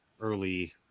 early